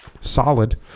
Solid